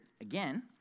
again